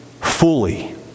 fully